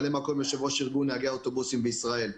יושב-ראש ארגון נהגי האוטובוסים בישראל.